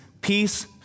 peace